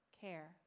care